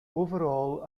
overall